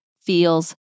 feels